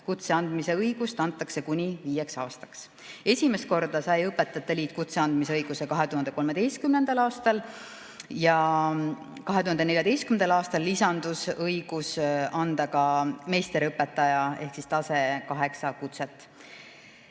Kutse andmise õigus antakse kuni viieks aastaks. Esimest korda sai õpetajate liit kutse andmise õiguse 2013. aastal. 2014. aastal lisandus õigus anda ka meisterõpetaja ehk tase 8 kutset.